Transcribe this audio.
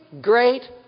great